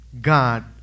God